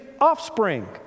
offspring